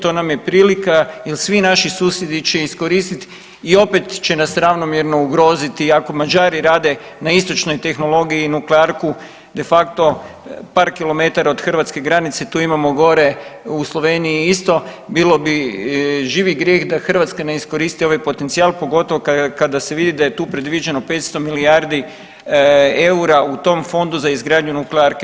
To nam je prilika jer svi naši susjedi će iskoristiti i opet će nas ravnomjerno ugroziti i ako Mađari rade na istočnoj tehnologiji nuklearku de facto par kilometara od Hrvatske granice tu imamo gore u Sloveniji isto, bilo bi živi grijeh da Hrvatska ne iskoristi ovaj potencijal pogotovo kada se vidi da je tu predviđeno 500 milijardi eura u tom fondu za izgradnju nuklearke.